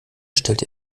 stellte